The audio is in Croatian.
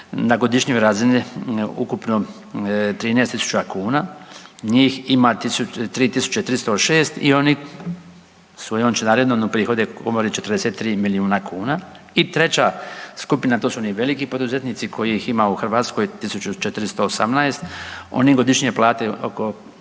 na godišnjoj razini ukupno 13 tisuća kuna. Njih ima 3 306 i oni svojom članarinom uprihode Komori 43 milijuna kuna i treća skupina, to su oni veliki poduzetnici kojih ima u Hrvatskoj 1418. Oni godišnje plate oko